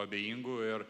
abejingų ir